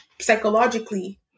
psychologically